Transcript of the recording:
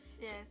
yes